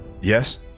Yes